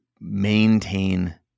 maintain